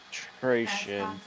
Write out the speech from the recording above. concentration